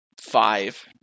five